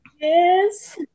Yes